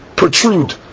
Protrude